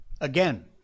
Again